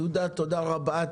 יהודה, תודה רבה.